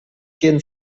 gehen